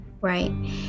right